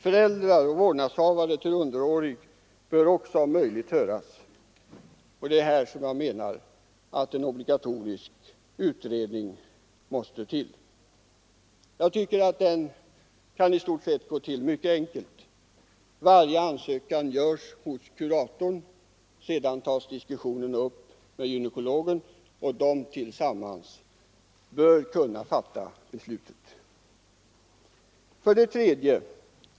Föräldrar/vårdnadshavare till underårig bör också om möjligt höras, och det är här som jag menar att en obligatorisk utredning måste till. Den kan i stort sett ske mycket enkelt: Varje ansökan görs hos kuratorn, sedan tas diskussionen upp med gynekologen och de tillsammans bör kunna fatta beslutet. 3.